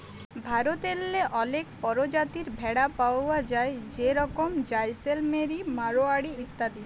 ভারতেল্লে অলেক পরজাতির ভেড়া পাউয়া যায় যেরকম জাইসেলমেরি, মাড়োয়ারি ইত্যাদি